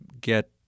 get